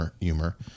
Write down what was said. humor